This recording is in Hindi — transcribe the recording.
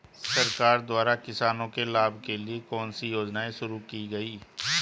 सरकार द्वारा किसानों के लाभ के लिए कौन सी योजनाएँ शुरू की गईं?